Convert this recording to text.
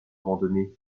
abandonné